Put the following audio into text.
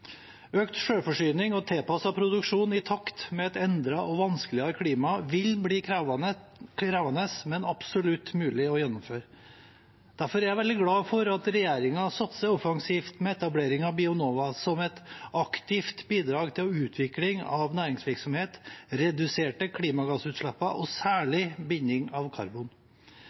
Økt selvforsyning og tilpasset produksjon i takt med et endret og vanskeligere klima vil bli krevende, men absolutt mulig å gjennomføre. Derfor er jeg veldig glad for at regjeringen satser offensivt med etablering av Bionova som et aktivt bidrag til utvikling av næringsvirksomhet, reduserte klimagassutslipp og særlig binding av karbon.